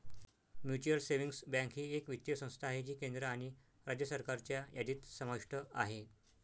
mutual savings bank ही एक वित्तीय संस्था आहे जी केंद्र आणि राज्य सरकारच्या यादीत समाविष्ट आहे